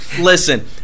Listen